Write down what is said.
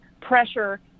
pressure